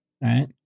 right